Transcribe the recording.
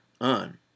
on